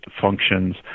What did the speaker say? functions